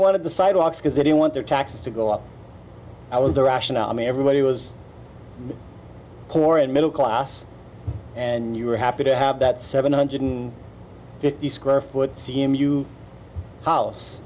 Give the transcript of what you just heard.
wanted the sidewalks because they don't want their taxes to go up i was the rationale i mean everybody was poor and middle class and you were happy to have that seven hundred fifty square foot cmu house